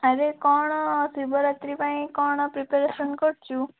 ଆରେ କ'ଣ ଶିବରାତ୍ରି ପାଇଁ କ'ଣ ପ୍ରିପ୍ୟାରେସନ୍ କରିଛୁ